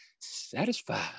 satisfied